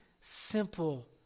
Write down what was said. simple